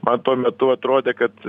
man tuo metu atrodė kad